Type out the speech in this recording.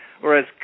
whereas